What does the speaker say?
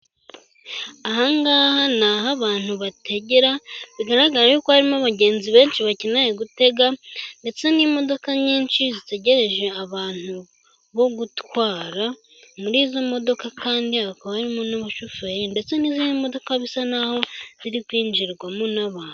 Aha ngaha ni aho abantu bategera bigaragara rero ko harimo abagenzi benshi bakeneye gutega, ndetse n' imodoka nyinshi zitegereje abantu bo gutwara, muri izo modoka kandi hakaba harimo n' umushoferi ndetse n' izindi modoka bisa n' aho ziri kwinjirwamo n' abantu.